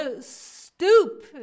stoop